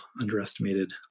underestimated